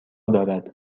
دارد